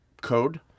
code